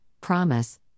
promise